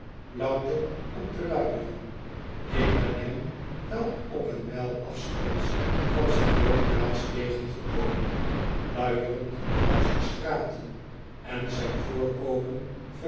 louter om te luieren ik ben hem wel op een mijl afstands van zijn woonplaats tegengekomen luierend langs de straten en zijn voorkomen